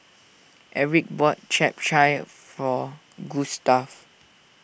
Erik bought Chap Chai for Gustave